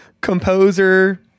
composer